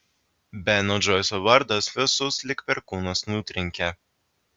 beno džoiso vardas visus lyg perkūnas nutrenkė